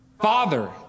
father